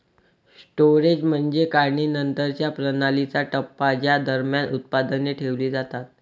storage म्हणजे काढणीनंतरच्या प्रणालीचा टप्पा ज्या दरम्यान उत्पादने ठेवली जातात